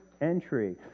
entry